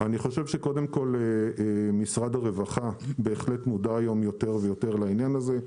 קודם כול משרד הרווחה בהחלט מודע היום יותר ויותר לעניין הזה.